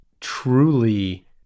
truly